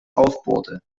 aufbohrte